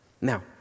Now